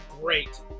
Great